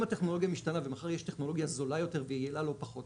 אם הטכנולוגיה משתנה ומחר יש טכנולוגיה זולה יותר ויעילה לא פחות,